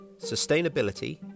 Sustainability